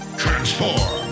transform